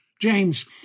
James